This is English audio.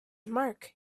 mark